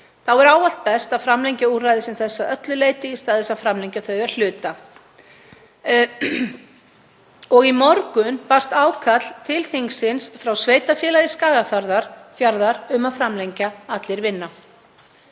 Þá er ávallt best að framlengja úrræði sem þessi að öllu leyti í stað þess að framlengja þau að hluta. Og í morgun barst ákall til þingsins frá sveitarfélagi Skagafjarðar um að framlengja Allir vinna.